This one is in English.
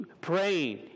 praying